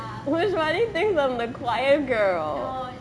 vishani thinks I'm the quiet girl